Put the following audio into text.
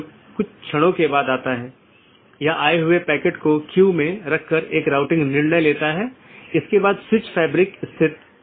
इसलिए आप देखते हैं कि एक BGP राउटर या सहकर्मी डिवाइस के साथ कनेक्शन होता है यह अधिसूचित किया जाता है और फिर कनेक्शन बंद कर दिया जाता है और अंत में सभी संसाधन छोड़ दिए जाते हैं